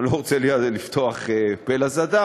אני לא רוצה לפתוח פה לשטן,